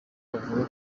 bavuga